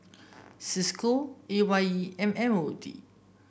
Cisco A Y E and M O D